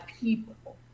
people